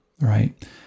right